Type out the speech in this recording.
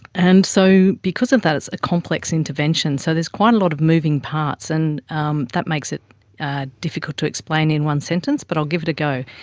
and so because of that it's a complex intervention, so there's quite a lot of moving parts and um that makes it difficult to explain in one sentence but i'll give it a go.